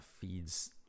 feeds